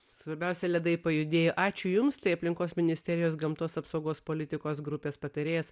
svarbiausia ledai pajudėjo ačiū jums tai aplinkos ministerijos gamtos apsaugos politikos grupės patarėjas